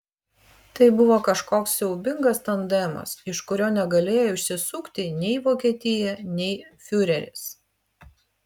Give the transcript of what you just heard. tai buvo kažkoks siaubingas tandemas iš kurio negalėjo išsisukti nei vokietija nei fiureris